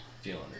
feeling